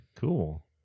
Cool